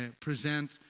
present